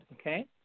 okay